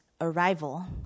arrival